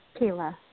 Kayla